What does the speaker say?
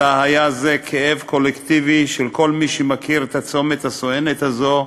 אלא היה זה כאב קולקטיבי של כל מי שמכיר את הצומת הסואן הזה,